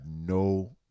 no